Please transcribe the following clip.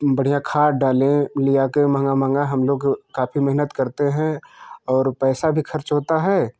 बढ़िया खाद डाले ले आकर महँगा महँगा हम लोग काफ़ी मेहनत करते हैं और पैसा भी खर्च होता है